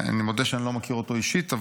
אני מודה שאני לא מכיר אותו אישית,